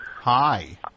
Hi